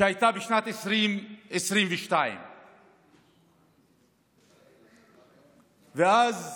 שהייתה בשנת 2022. ואז